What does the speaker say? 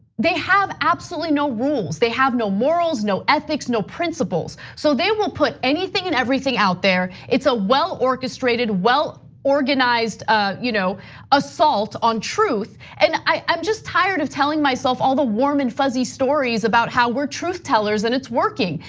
they have absolutely no rules. they have no morals, no ethics, no principles, so they will put anything and everything out there. it's a well orchestrated, well organized ah you know assault on truth. and i'm just tired of telling myself all the warm and fuzzy stories about how we're truth tellers and it's working.